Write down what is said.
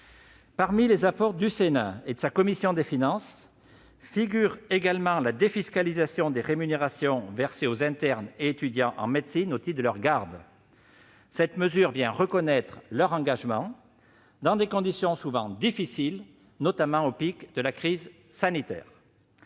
Parmi les apports du Sénat et de sa commission des finances figure également la défiscalisation des rémunérations versées aux internes et étudiants en médecine au titre de leurs gardes. Cette mesure vient reconnaître leur engagement dans des conditions souvent difficiles, notamment au pic de la crise sanitaire.